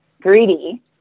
greedy